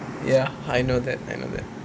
ya I know that I know that